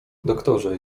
doktorze